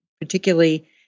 particularly